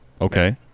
okay